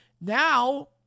Now